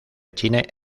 china